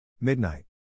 Midnight